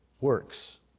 works